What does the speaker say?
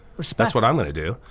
that's what i'm gonna do.